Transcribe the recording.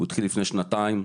הוא התחיל לפני שנתיים,